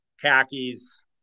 khakis